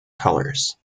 colours